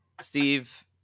Steve